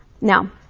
Now